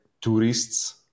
tourists